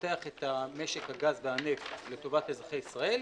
לפתח את משק הגז והנפט לטובת אזרחי ישראל,